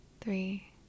three